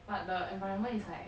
but the environment is like